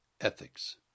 ethics